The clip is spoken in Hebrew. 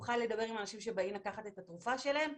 יוכל לדבר עם אנשים שבאים לקחת את התרופה שלהם?